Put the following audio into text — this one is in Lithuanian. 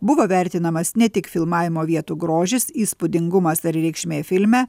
buvo vertinamas ne tik filmavimo vietų grožis įspūdingumas ar reikšmė filme